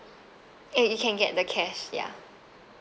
eh you can get the cash ya